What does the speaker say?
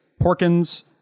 Porkins